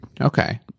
Okay